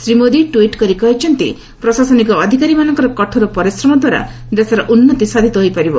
Shri Modi tweet କରି କହିଛନ୍ତି ପ୍ରଶାସନିକ ଅଧିକାରୀମାନଙ୍କର କଠୋର ପରିଶ୍ରମଦ୍ୱାରା ଦେଶର ଉନ୍ତି ସାଧିତ ହୋଇପାରିବ